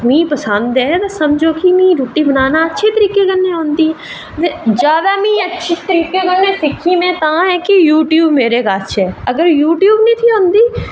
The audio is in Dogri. रुट्टी बनाना पसंद ऐ ते समझो मिगी रुट्टी बनाना अच्छी तरह कन्नै आंदी ऐ ते जादै में अच्छी तरीके कन्नै सिक्खी तां की यूट्यूब मेरे कश ऐ अगर यूट्यूब निं होंदी तां